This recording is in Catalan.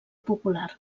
popular